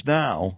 now